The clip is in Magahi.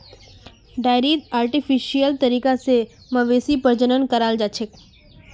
डेयरीत आर्टिफिशियल तरीका स मवेशी प्रजनन कराल जाछेक